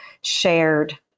shared